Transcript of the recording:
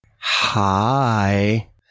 Hi